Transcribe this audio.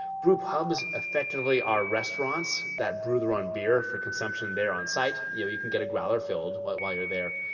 brew pubs effectively are restaurants that brew their own beer for consumption there on site. you know you can get a grauerfield like while there,